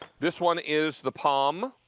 this one is the palm.